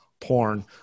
porn